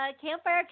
Campfire